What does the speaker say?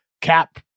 cap